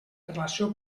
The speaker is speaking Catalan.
relació